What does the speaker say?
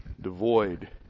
devoid